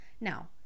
now